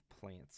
Plants